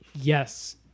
Yes